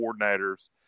coordinators